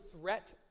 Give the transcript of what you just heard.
threat